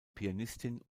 pianistin